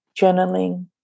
journaling